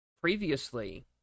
previously